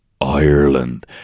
Ireland